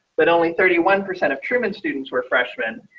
but only thirty one percent of truman students were freshmen.